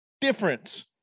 difference